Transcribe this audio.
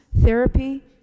therapy